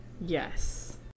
Yes